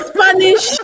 Spanish